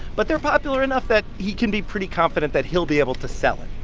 but they're popular enough that he can be pretty confident that he'll be able to sell it.